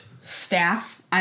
staff